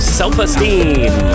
self-esteem